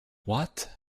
what